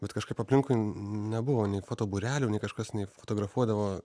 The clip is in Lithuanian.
vat kažkaip aplinkui nebuvo nei foto būrelių nei kažkas nei fotografuodavo